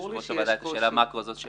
זאת לא